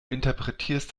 interpretierst